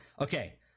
okay